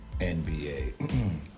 NBA